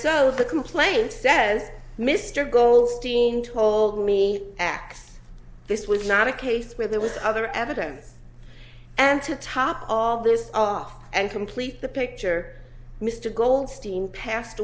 so the complaint says mr goldstein told me x this was not a case where there was other evidence and to top all this off and complete the picture mr goldstein passed